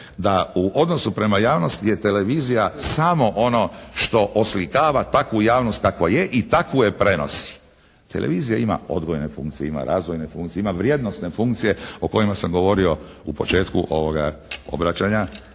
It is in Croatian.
da u odnosu prema javnosti je televizija samo ono što oslikava takvu javnost kakva je i takvu je prenosi. Televizija ima odgojne funkcije, ima razvojne funkcije, ima vrijednosne funkcije o kojima sam govorio u početku ovoga obraćanja